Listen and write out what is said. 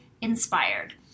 inspired